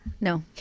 No